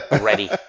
ready